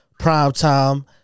Primetime